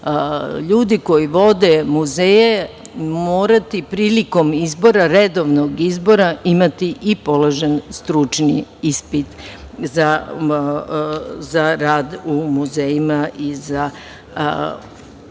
ljudi koji vode muzeje morati prilikom izbora, redovnog izbora, imati i položen stručni ispit za rad u muzejima i za